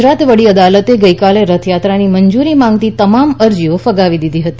ગુજરાત વડી અદાલતે ગઇકાલે રથયાત્રાની મંજૂરી માંગતી તમામ અરજીઓ ફગાવી દીધી હતી